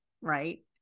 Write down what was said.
right